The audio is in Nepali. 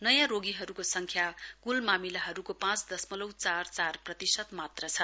नयौं रोगीहरुको संख्या कुल मामिलाहरुको पौंच दशमलउ चार चार प्रतिशत मात्र छ